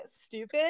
stupid